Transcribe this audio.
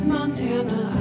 Montana